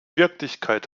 wirklichkeit